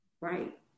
Right